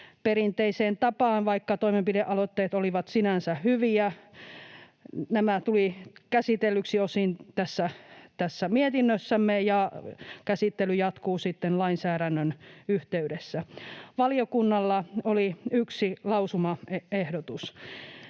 perinteiseen tapaan, vaikka toimenpidealoitteet olivat sinänsä hyviä. Nämä tulivat osin käsitellyiksi tässä mietinnössämme, ja käsittely jatkuu sitten lainsäädännön yhteydessä. Valiokunnalla oli yksi lausumaehdotus: